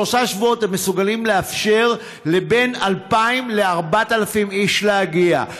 שלושה שבועות הם מסוגלים לאפשר לבין 2,000 ל-4,000 איש להגיע.